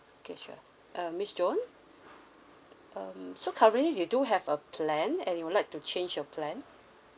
okay sure uh miss joan um so currently you do have a plan and you would like to change your plan